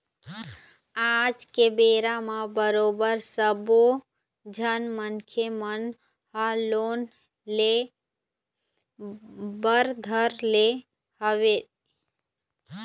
आज के बेरा म बरोबर सब्बो झन मनखे मन ह लोन ले बर धर ले हवय